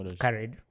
carried